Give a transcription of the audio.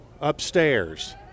upstairs